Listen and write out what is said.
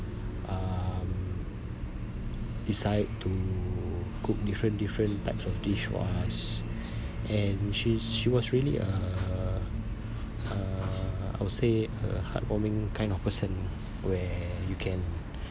um decide to cook different different type of dish to us and she's she was really a a I would say a heartwarming kind of person where you can